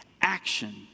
action